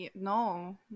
No